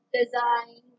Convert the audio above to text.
design